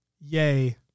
Yay